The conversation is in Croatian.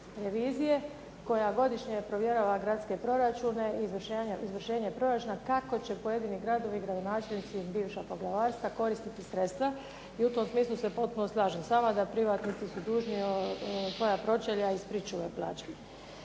revizije koja godišnje provjerava gradske proračune, izvršenje proračuna, kako će pojedini gradovi i gradonačelnici i bivša poglavarstva koristiti sredstva i u tom smislu se potpuno slažem s vama da privatnici su dužni svoja pročelja iz pričuve plaćati.